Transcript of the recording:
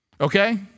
Okay